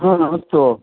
हा अस्तु